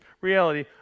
reality